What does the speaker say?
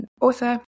author